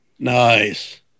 Nice